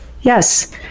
Yes